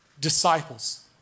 disciples